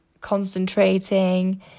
concentrating